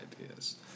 ideas